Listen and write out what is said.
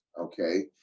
Okay